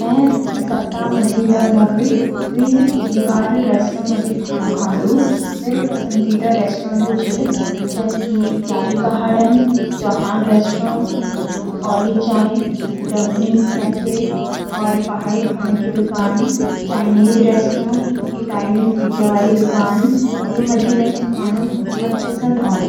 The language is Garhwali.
मैं सप्ताह मंजी लगभग द्वि सी तीन बार सप्ताह मंजी खानू खादु। मेरू पसंदीदा रेस्तरां यू छ जन प्यारी पहाड़न, चौहान रेस्तरां, आली चाय, डंपलिन कैफे, पहाड़ी खाना की दुकान, चाइनीज रेस्तरां, इटालियन पिज्जा वाली दुकान यू मंजी खान म मेते बहुत पसंद आऊंदु।